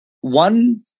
one